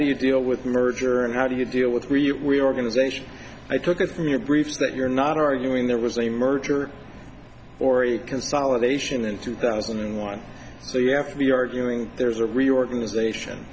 do you deal with merger and how do you deal with we are organizations i took it from your briefs that you're not arguing there was a merger or a consolidation in two thousand and one so you have to be arguing there's a reorganization